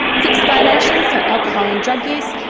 fixed violations, so alcohol and drug use,